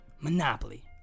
Monopoly